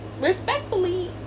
respectfully